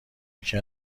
یکی